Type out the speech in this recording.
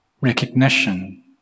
recognition